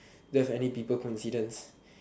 don't have any people coincidence